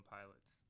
Pilots